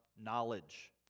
knowledge